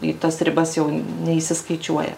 į tas ribas jau neįsiskaičiuoja